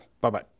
Bye-bye